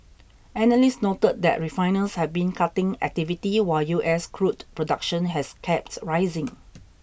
analysts noted that refiners have been cutting activity while U S crude production has kept rising